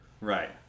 Right